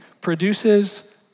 produces